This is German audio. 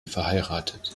verheiratet